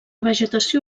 vegetació